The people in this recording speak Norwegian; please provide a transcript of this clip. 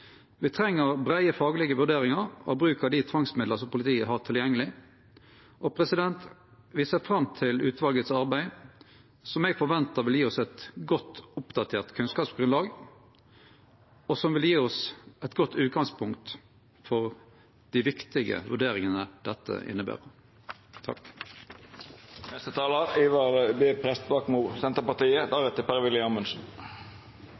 treng breie faglege vurderingar av bruken av dei tvangsmidla som politiet har tilgjengeleg. Me ser fram til arbeidet frå utvalet, som eg forventar vil gje oss eit godt, oppdatert kunnskapsgrunnlag og eit godt utgangspunkt for dei viktige vurderingane dette inneber. Det som i hvert fall på mange måter bør være litt til ettertanke, er at i en setting der